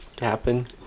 happen